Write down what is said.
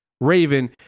Raven